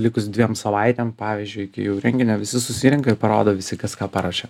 likus dviem savaitėm pavyzdžiui iki jau renginio visi susirenka ir parodo visi kas ką paruošė